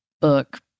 book